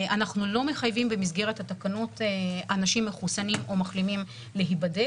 אנחנו לא מחייבים במסגרת התקנות אנשים מחוסנים או מחלימים להיבדק